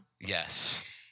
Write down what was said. yes